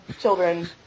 children